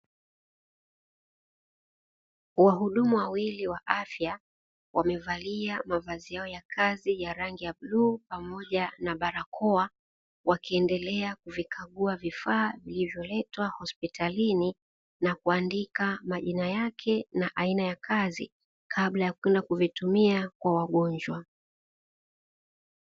Wahudumu wawili wa afya wamevalia mavazi yao ya kazi ya bluu pamoja na barakoa, wakiendelea kuvikagua vifaa vilivyoletwa hospitalini na kuandika majina yake na aina ya kazi kama kabla ya kwenda kuvitumia kwa wangojwa.